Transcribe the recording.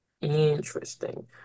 Interesting